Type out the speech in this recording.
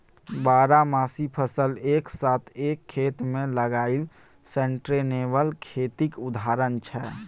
बारहमासी फसल एक साथ एक खेत मे लगाएब सस्टेनेबल खेतीक उदाहरण छै